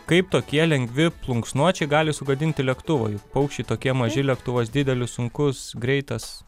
kaip tokie lengvi plunksnuočiai gali sugadinti lėktuvą juk paukščiai tokie maži lėktuvas didelis sunkus greitas